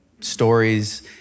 stories